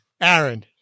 Aaron